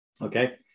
okay